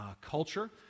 culture